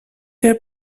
der